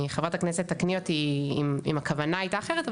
חברת הכנסת תקני אותי אם הכוונה הייתה אחרת,